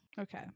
okay